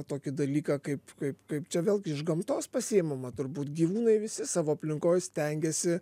tokį dalyką kaip kaip kaip čia vėlgi iš gamtos pasiimama turbūt gyvūnai visi savo aplinkoj stengiasi